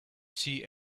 see